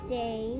day